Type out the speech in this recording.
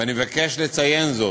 ואני מבקש לציין זאת,